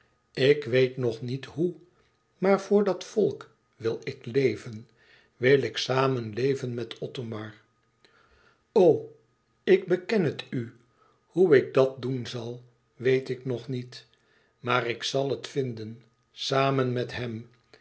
ik weet nog niet hoe maar voor dat volk wil ik leven wil ik samen leven met othomar o ik beken het u hoè ik dat doen zal weet ik nog niet maar ik zal het vinden samen met hem